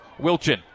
Wilchin